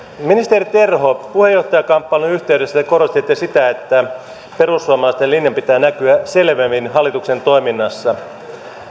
ministeri terho puheenjohtajakamppailun yhteydessä te korostitte sitä että perussuomalaisten linjan pitää näkyä selvemmin hallituksen toiminnassa